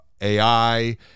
AI